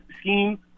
scheme